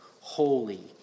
Holy